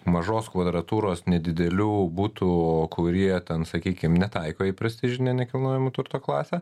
mažos kvadratūros nedidelių butų kurie ten sakykim netaiko į prestižinę nekilnojamo turto klasę